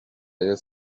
rayon